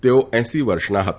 તેઓ એસી વર્ષના હતા